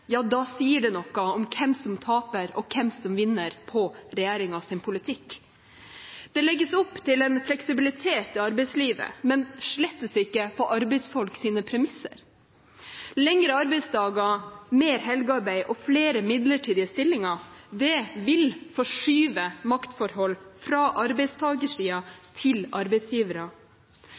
sier det noe om hvem som taper, og hvem som vinner på regjeringens politikk. Det legges opp til fleksibilitet i arbeidslivet, men slettes ikke på arbeidsfolks premisser. Lengre arbeidsdager, mer helgearbeid og flere midlertidige stillinger vil forskyve maktforhold fra arbeidstakersiden til arbeidsgivere.